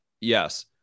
Yes